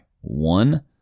One